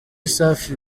safi